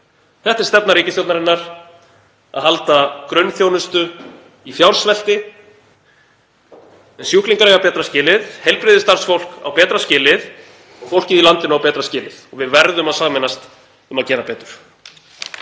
Þetta er stefna ríkisstjórnarinnar, að halda grunnþjónustu í fjársvelti. Sjúklingar eiga betra skilið, heilbrigðisstarfsfólk á betra skilið og fólkið í landinu á betra skilið. Við verðum að sameinast um að gera betur.